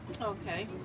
Okay